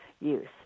use